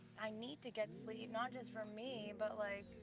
i need to get sleep not just for me but, like,